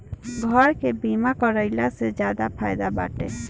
घर के बीमा कराइला से ज्यादे फायदा बाटे